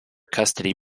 custody